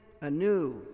anew